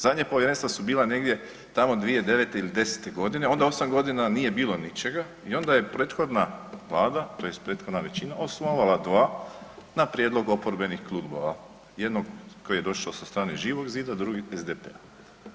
Zadnja povjerenstva su bila negdje tamo 2009. ili desete godine, onda osam godina nije bilo ničega i onda je prethodna Vlada, tj. prethodna većina osnovala dva na prijedlog oporbenih klubova jednog koji je došao sa strane Živog zida, drugi SDP-a.